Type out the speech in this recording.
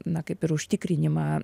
na kaip ir užtikrinimą